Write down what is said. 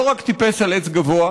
לא רק טיפס על עץ גבוה,